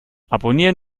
abonnieren